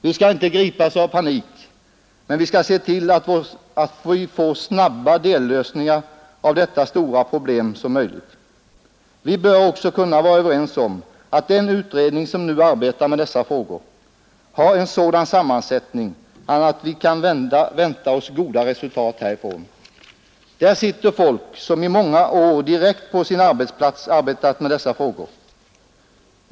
Vi skall inte gripas av panik — men vi skall se till att vi får så snabba lösningar av detta stora problem som möjligt. Vi bör också kunna vara överens om att den utredning som nu arbetar med dessa frågor har en sådan sammansättning att vi kan vänta oss goda resultat härifrån. Där sitter folk som i många år direkt på sin arbetsplats arbetat med dessa frågor.